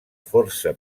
força